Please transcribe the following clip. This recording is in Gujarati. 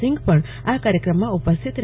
સિંઘ પણ આ કાર્યક્રમમાં ઉપસ્થિત રહશે